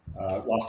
Lost